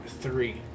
Three